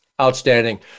Outstanding